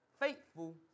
faithful